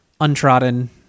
untrodden